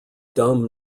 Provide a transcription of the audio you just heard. dumb